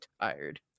tired